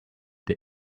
the